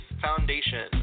Foundation